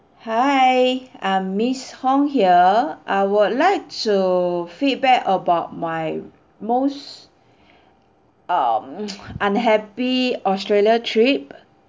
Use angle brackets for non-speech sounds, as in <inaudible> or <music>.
hi I'm miss hong here I would like to feedback about my most <breath> um <noise> unhappy australia trip